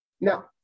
Now